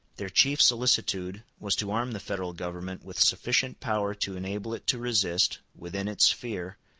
their chief solicitude was to arm the federal government with sufficient power to enable it to resist, within its sphere,